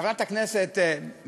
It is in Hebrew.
חברת הכנסת ברקו,